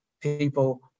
people